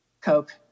Coke